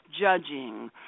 judging